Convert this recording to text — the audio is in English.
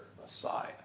Messiah